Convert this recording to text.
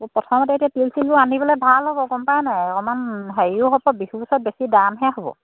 প্ৰথমতে এতিয়া তিল চিলবোৰ আনিবলৈ ভাল হ'ব গম পাইনে অকণমান হেৰিও হ'ব বিহুৰ ওচৰত বেছি দামহে হ'ব